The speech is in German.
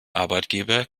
arbeitgeber